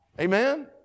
Amen